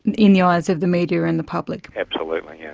in the eyes of the media and the public? absolutely, yes.